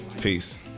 peace